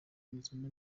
ruzana